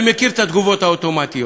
אני מכיר את התגובות האוטומטיות.